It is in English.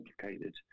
complicated